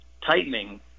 tightening